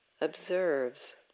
observes